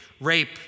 rape